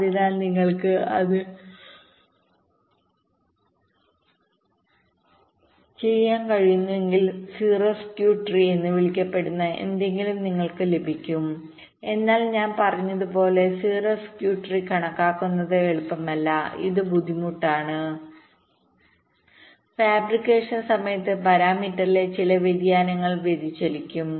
അതിനാൽ നിങ്ങൾക്ക് അത് ചെയ്യാൻ കഴിയുമെങ്കിൽ 0 സ്കൂ ട്രീ എന്ന് വിളിക്കപ്പെടുന്ന എന്തെങ്കിലും നിങ്ങൾക്ക് ലഭിക്കും എന്നാൽ ഞാൻ പറഞ്ഞതുപോലെ 0 സ്കൂ ട്രീ കണക്കാക്കുന്നത് എളുപ്പമല്ല ഇത് ബുദ്ധിമുട്ടാണ് ഫാബ്രിക്കേഷൻ സമയത്ത് പരാമീറ്ററിലെ ചില വ്യതിയാനങ്ങൾ വ്യതിചലിക്കും